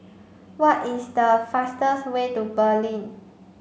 what is the fastest way to Berlin